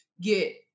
get